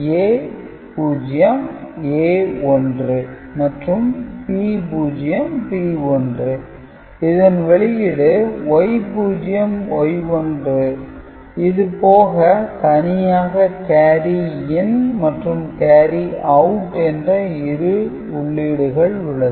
A0 A1 மற்றும் B0 B1 இதன் வெளியீடு Y0 Y1 இதுபோக தனியாக கேரி இன் மற்றும் கேரி அவுட் என்ற இரு உள்ளீடுகள் உள்ளது